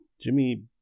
Jimmy